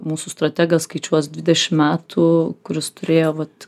mūsų strategas skaičiuos dvidešim metų kuris turėjo vat